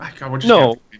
No